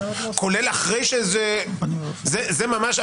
כולל אחרי שזה זה ממש,